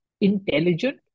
intelligent